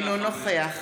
אינו נוכח